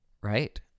right